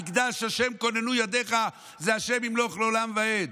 "מקדש ה' כוננו ידיך" ו"ה' ימלך לעולם ועד"